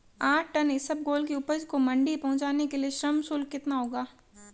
आठ टन इसबगोल की उपज को मंडी पहुंचाने के लिए श्रम शुल्क कितना होगा?